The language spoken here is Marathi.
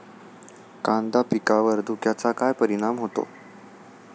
कांदा पिकावर धुक्याचा काय परिणाम होतो?